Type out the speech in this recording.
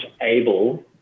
able